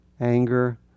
anger